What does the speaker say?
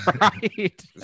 Right